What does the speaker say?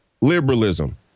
liberalism